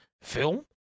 Film